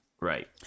Right